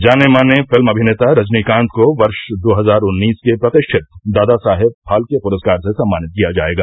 जाने माने फिल्म अभिनेता रजनीकांत को वर्ष दो हजार उन्नीस के प्रतिष्ठित दादासाहेब फाल्के पुरस्कार से सम्मानित किया जाएगा